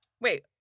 Wait